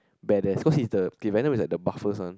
badass cause he's the K Venom is like the buffest one